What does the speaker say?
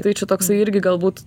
tai čia toksai irgi galbūt